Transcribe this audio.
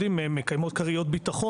הפלטפורמות מקיימות היום כריות ביטחון,